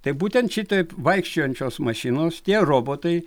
tai būtent šitaip vaikščiojančios mašinos tie robotai